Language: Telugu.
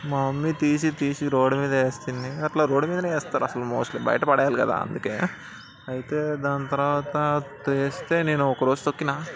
మా మమ్మీ తీసి తీసి రోడ్డు మీద వేసింది అట్లా రోడ్డు మీదనే వేస్తారు అసలు బయట పాడేయాలి కదా అందుకే అయితే దాని తర్వాత వేస్తే నేను ఒకరోజు తొక్కినా